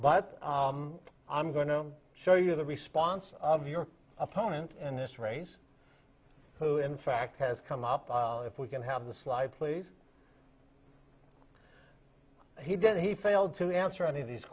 but i'm going to show you the response of your opponent in this race who in fact has come up if we can have the slide please he did he failed to answer any of these